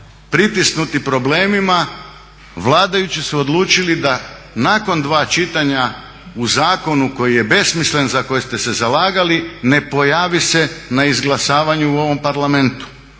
pritisnuti problemima vladajući su odlučili da nakon dva čitanja u zakonu koji je besmislen za koji ste se zalagali ne pojavi se na izglasavanju u ovom Parlamentu.